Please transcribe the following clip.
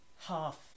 half